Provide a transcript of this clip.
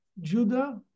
Judah